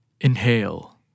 Inhale